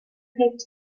pick